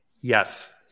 Yes